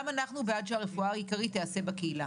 גם אנחנו בעד שהרפואה העיקרית תיעשה בקהילה,